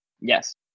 Yes